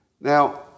Now